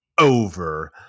over